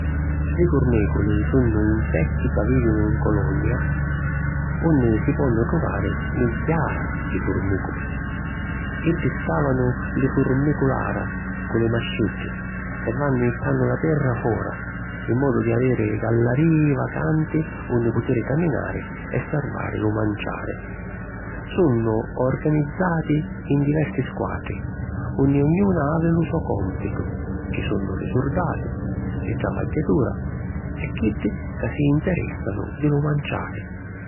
Li furmìculi sunnu insetti ca vìvinu in colonia unni si ponnu truvari migghiara di furmìculi. Iddi scàvanu li furmiculara cu li masciddi e vannu jittannu la terra fora in modu di aviri gallarìi vacanti unni putiri caminari e sarvari lu manciari. Sunnu organizzati in diversi squatri, unni ognuna havi lu so còmpitu: ci sunnu li surdati, li travagghiatura e chiddi ca si interèssanu di lu manciari.